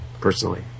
personally